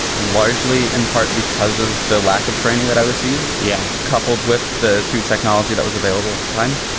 largely in part because of the lack of training that i received. yeah, coupled with the suit technology that was available at the time.